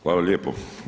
Hvala lijepo.